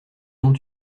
ont